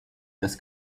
das